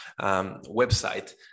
website